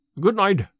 Good-night